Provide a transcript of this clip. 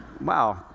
wow